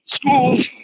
schools